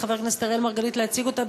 לחבר הכנסת אראל מרגלית להציג אותה,